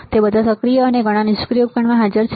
તે બધા સક્રિય અને ઘણા નિષ્ક્રિય ઉપકરણોમાં હાજર છે